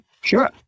Sure